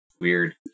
Weird